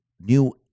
new